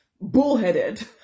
bullheaded